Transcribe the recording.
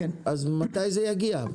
אז מתי זה יגיע?